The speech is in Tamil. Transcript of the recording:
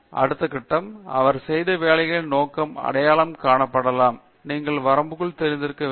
அடுத்த கட்டம் அவர் செய்த வேலைகளின் நோக்கம் அடையாளம் காணப்படலாம் நீங்கள் வரம்புக்குத் தெரிந்திருக்க வேண்டும்